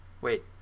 Wait